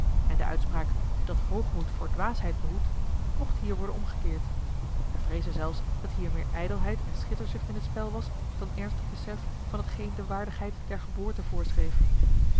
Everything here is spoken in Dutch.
en de uitspraak dat hoogmoed voor dwaasheid behoedt mocht hier worden omgekeerd wij vreezen zelfs dat hier meer ijdelheid en schitterzucht in t spel was dan ernstig besef van t geen de waardigheid der geboorte